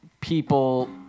people